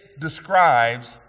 describes